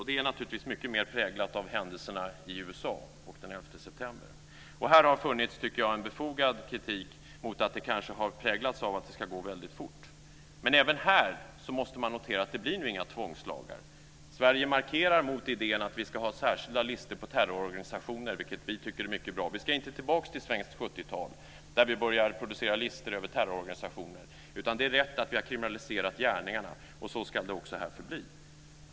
Det är naturligtvis mycket mer präglat av händelserna i USA den 11 september. Det har funnits en befogad kritik mot att det kanske har präglats av att det ska gå väldigt fort. Men även här måste man notera att det inte blir några tvångslagar. Sverige markerar mot idén att vi ska ha särskilda listor på terrororganisationer, vilket vi tycker är mycket bra. Vi ska inte tillbaka till svenskt 70-tal och börja producera listor över terrororganisationer. Det är rätt att vi har kriminaliserat gärningarna, och så ska det också förbli.